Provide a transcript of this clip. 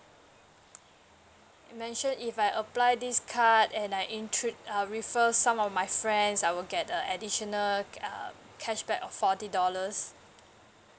it mentioned if I apply this card and I intro~ uh refer some of my friends I will get uh additional uh cashback of forty dollars